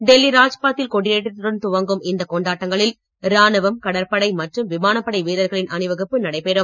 டெல்லி ராஜ்பாத்தில் கொடியேற்றத்துடன் துவங்கும் இந்த கொண்டாட்டங்களில் ராணுவம் கடற்படை மற்றும் விமானப்படை வீரர்களின் அணிவகுப்பு நடைபெறும்